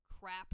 crap